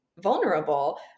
vulnerable